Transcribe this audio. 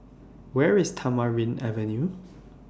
Where IS Tamarind Avenue